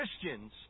Christians